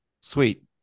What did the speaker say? Sweet